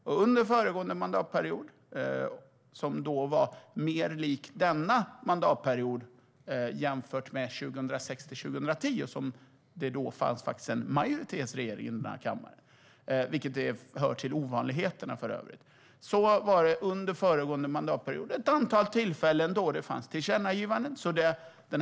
Under den föregående mandatperioden, som var mer lika denna mandatperiod än perioden 2006-2010, då det fanns ett majoritetsstyre här i kammaren - det hör för övrigt till ovanligheterna - gjordes tillkännagivanden vid ett antal tillfällen.